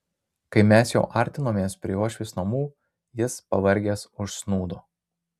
kai mes jau artinomės prie uošvės namų jis pavargęs užsnūdo